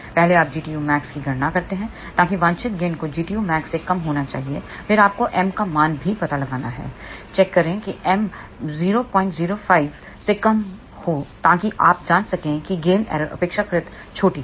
पहले आप Gtu max की गणना करते हैं ताकि वांछित गेन को Gtu max से कम होना चाहिए फिर आपको M का मान भी पता लगाना है चेक करें कि M 005 से कम हो ताकि आप जान सके कि गेन एरर्स अपेक्षाकृत छोटी है